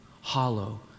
hollow